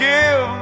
Give